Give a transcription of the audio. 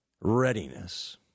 readiness